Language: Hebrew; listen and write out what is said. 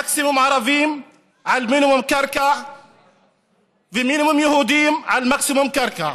מקסימום ערבים על מינימום קרקע ומינימום יהודים על מקסימום קרקע.